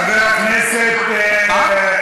חבר הכנסת מוסי רז,